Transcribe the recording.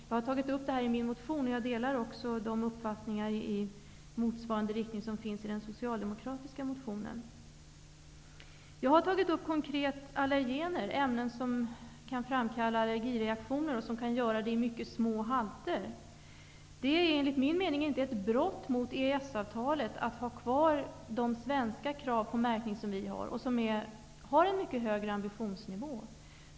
Jag har tagit upp det i min motion, och jag delar de uppfattningar i motsvarande riktning som finns i den socialdemokratiska motionen. Jag har tagit upp frågan om allergener, ämnen som, i mycket små halter, kan framkalla allergireaktioner. Det är enligt min mening inte ett brott mot EES-avtalet att behålla de svenska kraven på märkning, som har en mycket högre ambitionsnivå.